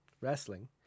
Wrestling